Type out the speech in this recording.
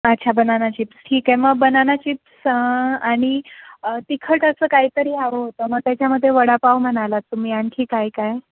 अच्छा banana chips ठीक आहे मग बनाना चिप्स आणि तिखट असं काहीतरी हवं होतं मग त्याच्यामध्ये वडापाव म्हणालात तुम्ही आणखी काय काय